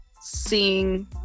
seeing